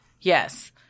Yes